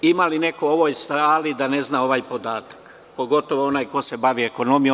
Ima li neko u ovoj sali da ne zna ovaj podatak, pogotovo onaj ko se bavi ekonomijom?